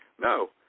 No